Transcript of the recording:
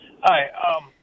Hi